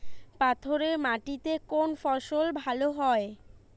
পাথরে মাটিতে কোন ফসল ভালো হয়?